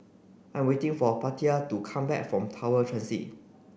I'm waiting for Paulette to come back from Tower Transit